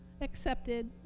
accepted